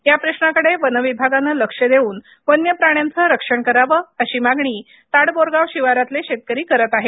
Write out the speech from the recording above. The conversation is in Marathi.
या प्रश्नाकडे वन विभागाने लक्ष देऊन वन्य प्राण्याचं रक्षण करावं अशी मागणी ताडबोरगांव शिवारातले शेतकरी करत आहेत